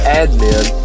admin